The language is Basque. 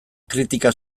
kritika